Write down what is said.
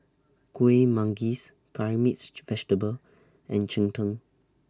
Kueh Manggis Curry Mixed Vegetable and Cheng Tng